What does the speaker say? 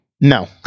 No